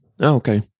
okay